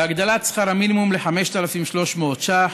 בהגדלת שכר המינימום ל-5,300 ש"ח?